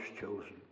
chosen